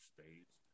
States